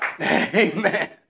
Amen